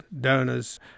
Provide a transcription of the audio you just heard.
donors